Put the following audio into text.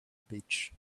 pitch